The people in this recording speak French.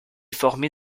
formé